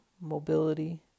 mobility